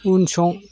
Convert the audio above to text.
उनसं